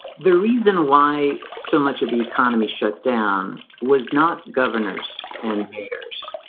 the reason why so much of the economy shut down was not governors and payers